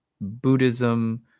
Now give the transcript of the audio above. Buddhism